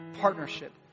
partnership